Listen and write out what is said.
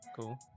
cool